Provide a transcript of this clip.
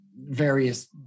various